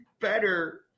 better